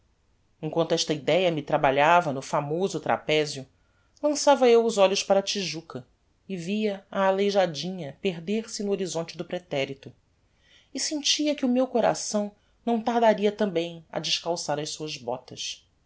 emquanto esta idéa me trabalhava no famoso trapezio lançava eu os olhos para a tijuca e via a aleijadinha perder-se no horizonte do preterito e sentia que o meu coração não tardaria tambem a descalçar as suas botas